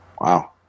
Wow